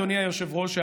אדוני היושב-ראש,